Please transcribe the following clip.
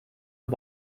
und